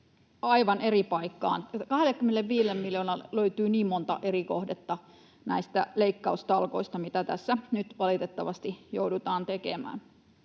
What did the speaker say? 25 miljoonalle löytyy niin monta eri kohdetta näistä leikkaustalkoista, mitä tässä nyt valitettavasti joudutaan tekemään.